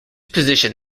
position